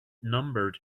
numbered